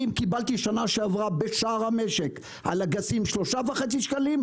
אם אני קיבלתי בשנה שעברה על אגסים בשער המשק 3.5 שקלים,